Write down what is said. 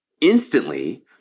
instantly